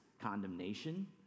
condemnation